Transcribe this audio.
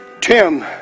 Tim